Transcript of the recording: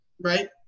right